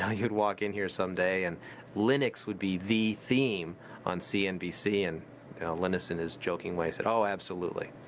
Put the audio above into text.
ah you'd walk in here some day and linux would be the theme on cnbc. and linus said in his joking way said oh absolutely.